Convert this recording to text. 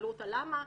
שאלו אותה למה,